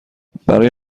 برای